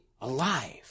alive